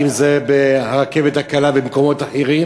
אם זה הרכבת הקלה במקומות אחרים,